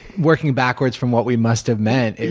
working backwards from what we must have meant,